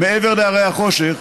מעבר להרי החושך,